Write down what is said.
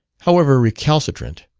however recalcitrant.